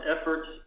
efforts